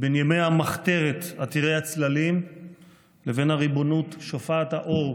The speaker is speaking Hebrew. בין ימי המחתרת עתירי הצללים לבין הריבונות שופעת האור